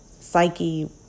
psyche